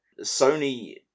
Sony